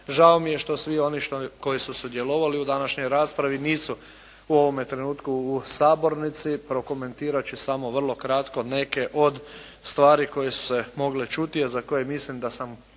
Žao mi je što svi oni koji su sudjelovali u današnjoj raspravi nisu u ovome trenutku u sabornici, prokomentirati ću samo vrlo kratko neke od stvari koje su se mogle čuti a za koje mislim da sam